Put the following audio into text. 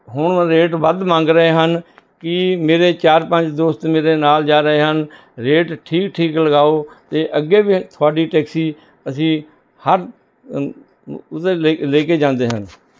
ਹੁਣ ਰੇਟ ਵੱਧ ਮੰਗ ਰਹੇ ਹਨ ਕਿ ਮੇਰੇ ਚਾਰ ਪੰਜ ਦੋਸਤ ਮੇਰੇ ਨਾਲ ਜਾ ਰਹੇ ਹਨ ਰੇਟ ਠੀਕ ਠੀਕ ਲਗਾਓ ਅਤੇ ਅੱਗੇ ਵੀ ਤੁਹਾਡੀ ਟੈਕਸੀ ਅਸੀਂ ਹਰ ਉਹਦੇ ਲੈ ਕੇ ਜਾਂਦੇ ਹਨ